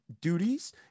duties